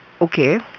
okay